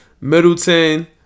Middleton